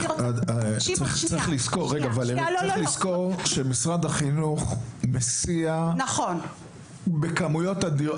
צריך לזכור שמשרד החינוך מסיע בכמויות אדירות.